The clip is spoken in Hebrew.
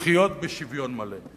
לחיות בשוויון מלא?